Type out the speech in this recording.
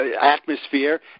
atmosphere